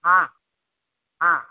ହଁ ହଁ